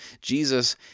Jesus